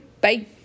Bye